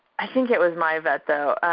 i think it was my vet though.